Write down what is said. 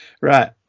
right